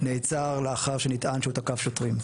נעצר לאחר שנטען שהוא תקף שוטרים.